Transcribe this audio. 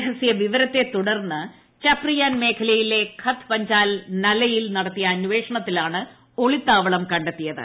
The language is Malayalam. രഹസൃവിവരത്തെ തുടർന്ന് ചപ്രിയാൻ മേഖലയിലെ ഖത്ത് പഞ്ചാൽ നലയിൽ നടത്തിയ അന്വേഷണത്തിലാണ് ഒളിത്താപ്പുളം കണ്ടെത്തിയത്